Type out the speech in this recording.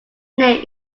name